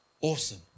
Awesome